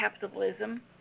capitalism